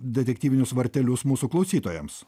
detektyvinius vartelius mūsų klausytojams